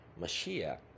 Mashiach